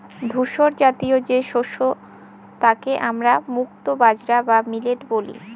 ধূসরজাতীয় যে শস্য তাকে আমরা মুক্তো বাজরা বা মিলেট বলি